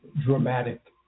dramatic